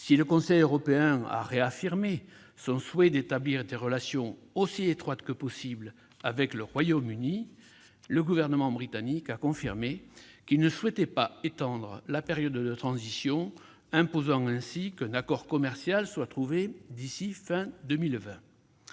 Si le Conseil européen a réaffirmé son souhait d'établir des relations aussi étroites que possible avec le Royaume-Uni, le Gouvernement britannique a confirmé qu'il ne souhaitait pas une extension de la période de transition, imposant ainsi qu'un accord commercial soit trouvé d'ici à la